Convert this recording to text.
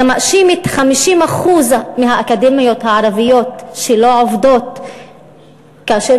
היה מאשים 50% מהאקדמאיות הערביות שלא עובדות כאשר